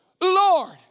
Lord